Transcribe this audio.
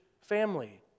family